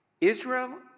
Israel